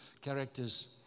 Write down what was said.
characters